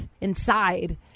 inside